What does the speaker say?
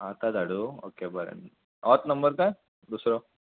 आतां धाडू ओके बरें होच नंबर कांय दुसरो